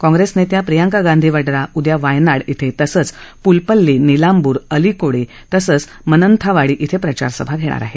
कॉंग्रेसनेत्या प्रियंका गांधी वड्रा उद्या वायनाड क्रिं तसंच पुलपल्ली निलांवूर अलीकोडे तसंच मंन्नथावाडी क्रिं प्रचारसभा घेणार आहेत